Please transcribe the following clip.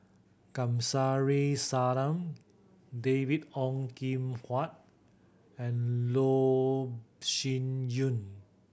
Kamsari Salam David Ong Kim Huat and Loh Sin Yun